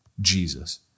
Jesus